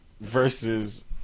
Versus